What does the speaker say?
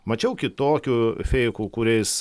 mačiau kitokių feikų kuriais